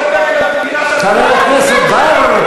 תתביישי לך.